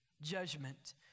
judgment